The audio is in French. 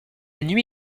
nuit